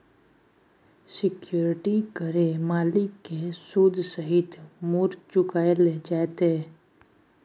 security केर मालिक केँ सुद सहित मुर चुकाएल जेतै